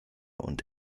und